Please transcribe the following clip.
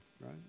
right